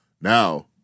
Now